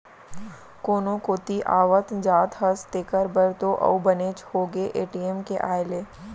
कोनो कोती आवत जात हस तेकर बर तो अउ बनेच होगे ए.टी.एम के आए ले